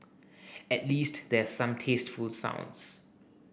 at least there's some tasteful sounds